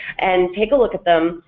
and take a look at them,